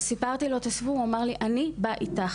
סיפרתי לו את הסיפור והוא אמר לי, אני בא איתך.